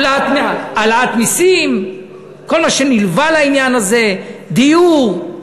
העלאת מסים, כל מה שנלווה לעניין הזה, דיור.